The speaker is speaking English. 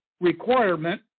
requirement